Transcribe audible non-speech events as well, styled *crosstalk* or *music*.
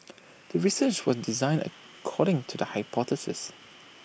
*noise* the research was designed according to the hypothesis